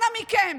אנא מכם,